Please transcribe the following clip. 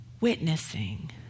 Witnessing